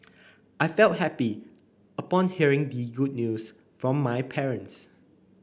I felt happy upon hearing the good news from my parents